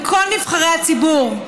בכל נבחרי הציבור,